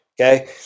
okay